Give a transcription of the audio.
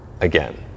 again